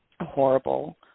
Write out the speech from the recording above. horrible